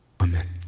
Amen